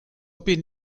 bin